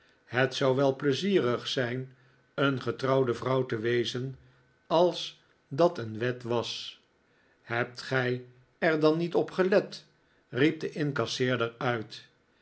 het zou wel pleizierig zijn een getrouwde vrouw te wezen als dat een wet was hebt gij er dan niet op gelet riep de incasseerder uit